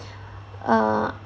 uh